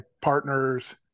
partners